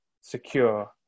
secure